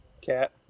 cat